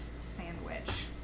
sandwich